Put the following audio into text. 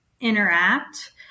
interact